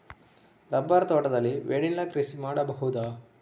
Rubber ತೋಟದಲ್ಲಿ vanilla ಕೃಷಿ ಮಾಡಬಹುದಾ?